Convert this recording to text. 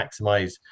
maximize